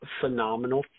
phenomenal